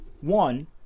one